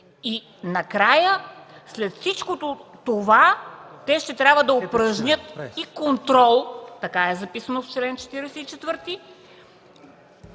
И накрая, след всичко това, те ще трябва да упражнят и контрол – така е записано в чл. 44,